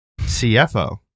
CFO